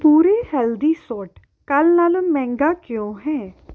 ਪੁਰੇ ਹੈਲਦੀ ਸੋਟ ਕੱਲ੍ਹ ਨਾਲੋਂ ਮਹਿੰਗਾ ਕਿਉਂ ਹੈ